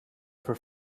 for